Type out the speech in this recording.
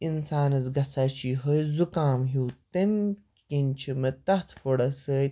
اِنسانَس گژھان چھِ یِہَے زُکام ہیوٗ تمہِ کِنۍ چھِ مےٚ تَتھ فوڈَس سۭتۍ